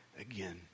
again